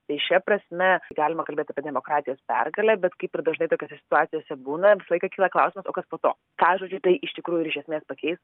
tai šia prasme galima kalbėt apie demokratijos pergalę bet kaip ir dažnai tokiose situacijose būna visą laiką kyla klausimas o kas po to ką žodžiu tai iš tikrųjų ir iš esmės pakeis